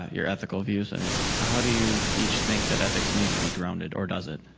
your ethical views. and how do you each think that ethics needs to be grounded, or does it?